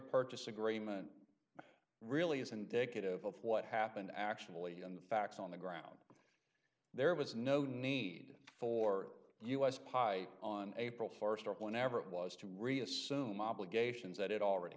purchase agreement really is indicative of what happened actually and the facts on the ground there was no need for us pite on april st or whenever it was to reassume obligations that it already